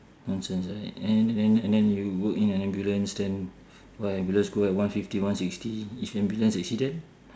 nonsense right and then and then and then you go in an ambulance then !wah! ambulance go at one fifty one sixty if ambulance accident